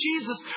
Jesus